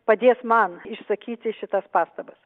padės man išsakyti šitas pastabas